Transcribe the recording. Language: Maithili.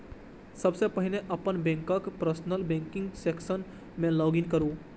सबसं पहिने अपन बैंकक पर्सनल बैंकिंग सेक्शन मे लॉग इन करू